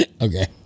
Okay